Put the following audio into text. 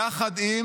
יחד עם